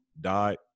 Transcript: died